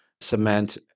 cement